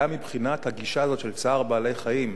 גם מבחינת הגישה הזאת של צער בעלי-חיים,